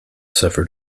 suffered